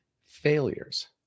failures